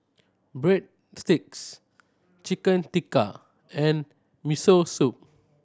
Breadsticks Chicken Tikka and Miso Soup